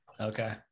Okay